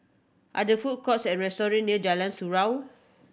are the food courts or restaurant near Jalan Surau